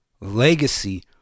legacy